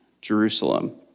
Jerusalem